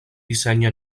dissenya